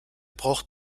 braucht